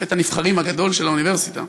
בית הנבחרים הגדול של האוניברסיטה,